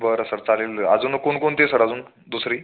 बरं सर चालेल अजून कोणकोणती सर अजून दुसरी